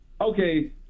Okay